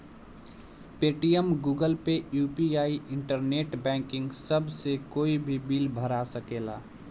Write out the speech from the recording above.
Paytm, Google pay, UPI, internet banking सभ से कोई भी बिल भरा सकेला